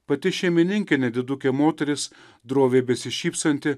pati šeimininkė nedidukė moteris droviai besišypsanti